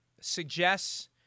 suggests